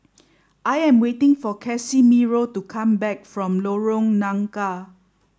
I am waiting for Casimiro to come back from Lorong Nangka